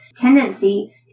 tendency